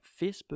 Facebook